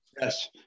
Yes